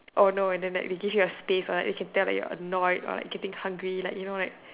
oh no and then like they give you your space or like you can tell like you're annoyed or like getting hungry like you know like